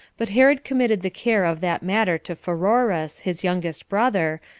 but herod committed the care of that matter to pheroras, his youngest brother,